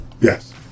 Yes